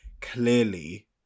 clearly